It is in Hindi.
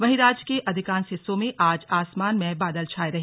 वहीं राज्य के अधिकांश हिस्सों में आज आसमान में बादल छाए रहे